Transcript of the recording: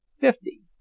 fifty